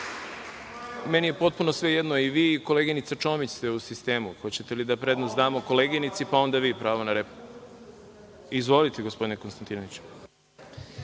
je potpuno svejedno i vi koleginica Čomić ste u sistemu. Hoćete da prednost damo koleginici, pa onda vi pravo na repliku. Izvolite, gospodine Konstantinoviću.